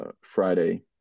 friday